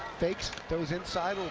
fakes, goes inside,